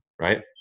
right